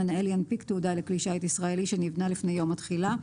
המנהל ינפיק תעודה לכלי שיט ישראלי שנבנה לפני יום התחילה,